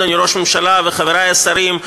אדוני ראש הממשלה וחברי השרים,